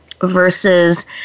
versus